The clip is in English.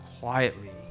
quietly